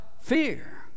fear